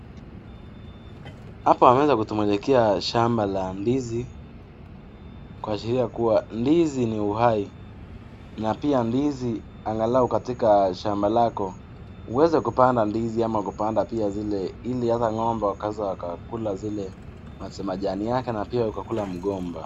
Hapa wameweza kutuonyeshea shamba la ndizi, kuashiria kuwa ndizi ni uhai. Na pia ndizi, angalau katika shamba lako, unaweza ukapanda ndizi ama ukapanda pia zile, ili hata ng'ombe waweze wakakula zile majani yake na pia wakakula mgomba.